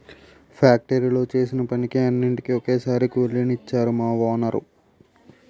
ఫ్యాక్టరీలో చేసిన పనికి అన్నిటికీ ఒక్కసారే కూలి నిచ్చేరు మా వోనరు